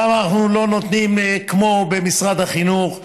למה אנחנו לא נותנים כמו במשרד החינוך?